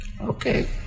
Okay